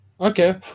Okay